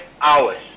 hours